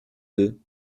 deux